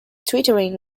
twittering